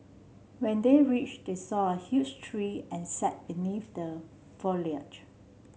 when they reached they saw a huge tree and sat beneath the foliage